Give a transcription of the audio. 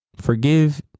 forgive